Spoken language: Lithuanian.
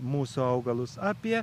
mūsų augalus apie